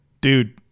Dude